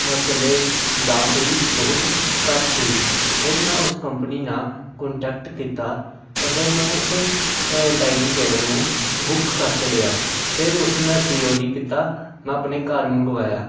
ਮ ਕਹਿੰਦੇ ਦਾਮ ਵੀ ਬਹੁਤ ਘੱਟ ਸੀ ਫੇਰ ਮੈਂ ਉਸ ਕੰਪਨੀ ਨਾਲ ਕੋਂਟੈਕਟ ਕੀਤਾ ਅਤੇ ਫਿਰ ਮੈਂ ਉਸ ਡਾਇਨਿੰਗ ਟੇਬਲ ਨੂੰ ਬੁੱਕ ਕਰ ਛੱਡਿਆ ਫਿਰ ਉਸਨੂੰ ਮੈਂ ਸੀ ਓ ਡੀ ਕੀਤਾ ਮੈਂ ਆਪਣੇ ਘਰ ਮੰਗਵਾਇਆ